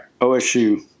OSU